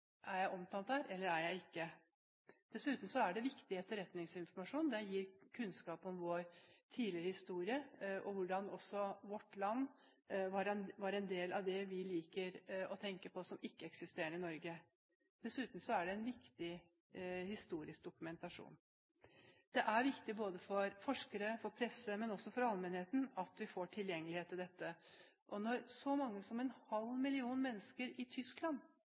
Er jeg omtalt der, eller er jeg ikke? Dessuten er det viktig etterretningsinformasjon. Det gir kunnskap om vår tidligere historie, og hvordan også vårt land var en del av det vi liker å tenke på som ikke-eksisterende i Norge. Dessuten er det en viktig historisk dokumentasjon. Det er viktig både for forskere og for presse, men også for allmennheten at vi får tilgjengelighet til dette. Når så mange som en halv million mennesker i Tyskland